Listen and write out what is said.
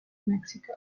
mexico